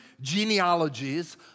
genealogies